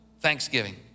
Thanksgiving